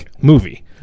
movie